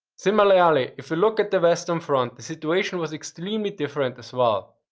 similarly, if we look at the western front, the situation was extremely different as well,